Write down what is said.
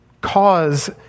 cause